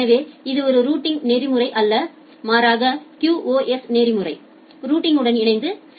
எனவே இது ஒரு ரூட்டிங் நெறிமுறை அல்ல மாறாக QoS நெறிமுறை ரூட்டிங் உடன் இணைந்து செயல்படுகிறது